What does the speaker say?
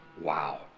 Wow